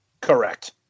Correct